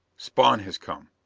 spawn has come!